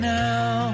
now